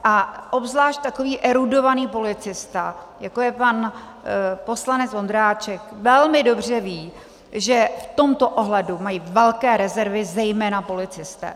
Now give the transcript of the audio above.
A obzvlášť takový erudovaný policista, jako je pan poslanec Ondráček, velmi dobře ví, že v tomto ohledu mají velké rezervy zejména policisté.